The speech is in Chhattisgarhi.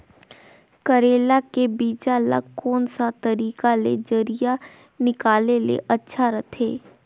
करेला के बीजा ला कोन सा तरीका ले जरिया निकाले ले अच्छा रथे?